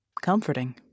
comforting